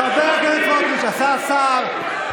חברי הכסת, השר רזבוזוב.